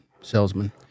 salesman